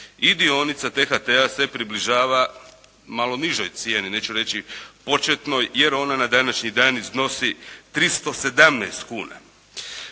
i dionica T-HT-a se približava malo nižoj cijeni, neću reći početnoj jer ona na današnji dan iznosi 317 kuna.